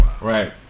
Right